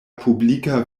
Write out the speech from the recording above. publika